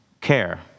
care